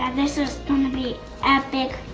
um this is gonna be epic.